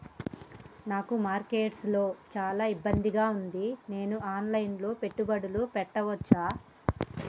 నాకు మార్కెట్స్ లో చాలా ఇబ్బందిగా ఉంది, నేను ఆన్ లైన్ లో పెట్టుబడులు పెట్టవచ్చా?